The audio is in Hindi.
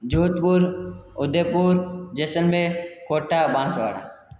जोधपुर उदयपुर जैसलमेर कोटा बाँसवाड़ा